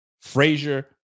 Frazier